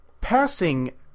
passing